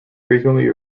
frequently